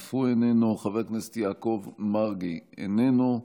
אף הוא איננו, חבר הכנסת יעקב מרגי, איננו,